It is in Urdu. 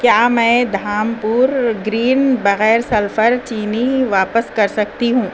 کیا میں دھامپور گرین بغیر سلفر چینی واپس کر سکتی ہوں